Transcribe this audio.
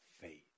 faith